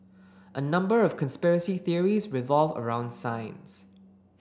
a number of conspiracy theories revolve around science